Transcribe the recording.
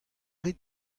rit